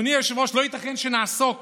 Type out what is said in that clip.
גברתי היושבת-ראש, לא ייתכן שנעסוק